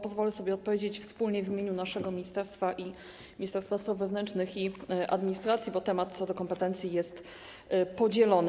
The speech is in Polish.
Pozwolę sobie odpowiedzieć wspólnie w imieniu naszego ministerstwa i Ministerstwa Spraw Wewnętrznych i Administracji, bo temat co do kompetencji jest podzielony.